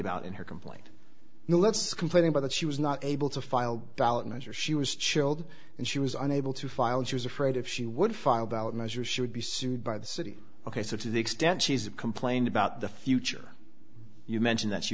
about in her complaint let's complain about that she was not able to file a ballot measure she was chilled and she was unable to file and she was afraid if she would file ballot measures she would be sued by the city ok so to the extent she's complained about the future you mention that she